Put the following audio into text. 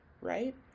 right